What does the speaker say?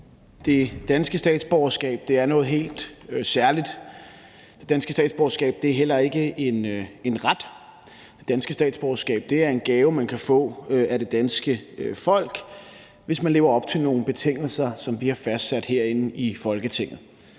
Det danske statsborgerskab er noget helt særligt, og det danske statsborgerskab er heller ikke en ret. Det danske statsborgerskab er en gave, man kan få af det danske folk, hvis man lever op til nogle betingelser, som vi har fastsat herinde i Folketinget.